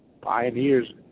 Pioneers